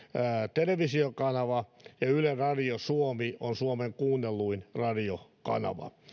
televisiokanava ja yle radio suomi on suomen kuunnelluin radiokanava